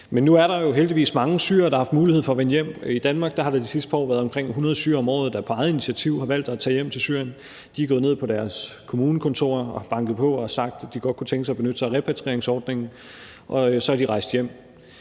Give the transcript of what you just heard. Men nu er der jo heldigvis mange syrere, der har haft mulighed for at vende hjem. I Danmark har der de sidste par år været omkring 100 syrere om året, der på eget initiativ har valgt at tage hjem til Syrien. De er gået ned på deres kommunekontor, har banket på og har sagt, at de godt kunne tænke sig at benytte sig af repatrieringsordningen, og så er de rejst hjem.